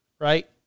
right